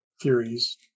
theories